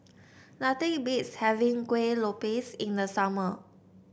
nothing beats having Kueh Lopes in the summer